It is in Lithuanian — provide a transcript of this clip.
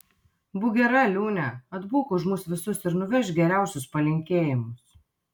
būk gera liūne atbūk už mus visus ir nuvežk geriausius palinkėjimus